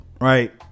Right